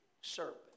serpent